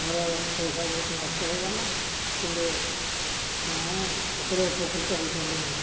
ମୋର ପଇସା ବହୁତ ନଷ୍ଟ ହେଇଗଲା କିନ୍ତୁ ମୁଁ ଏଥିରେ ଉପକୃତ ହେଇପାରିଲି ନାହିଁ